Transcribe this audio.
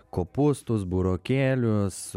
kopūstus burokėlius